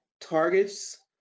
targets